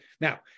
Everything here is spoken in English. now